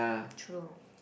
true